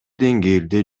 деңгээлде